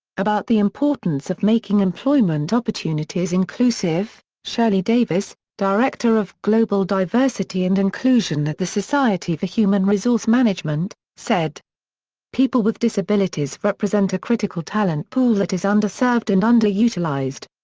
about the importance of making employment opportunities inclusive, shirley davis, director of global diversity and inclusion at the society for human resource management, said people with disabilities represent a critical talent pool that is underserved and underutilized.